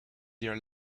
their